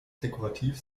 dekorativ